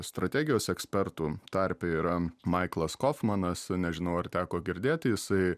strategijos ekspertų tarpe yra maiklas kofmanas nežinau ar teko girdėti jisai